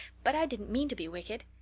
but i didn't mean to be wicked.